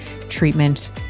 treatment